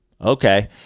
Okay